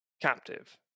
captive